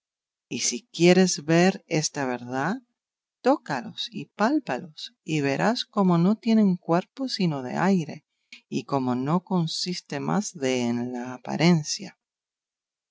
y si quieres ver esta verdad tócalos y pálpalos y verás como no tienen cuerpo sino de aire y como no consiste más de en la apariencia